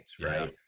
right